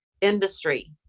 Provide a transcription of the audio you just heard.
industry